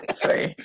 sorry